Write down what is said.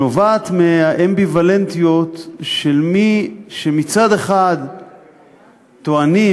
שנובעת מהאמביוולנטיות של מי שמצד אחד טוענים